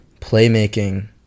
playmaking